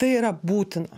tai yra būtina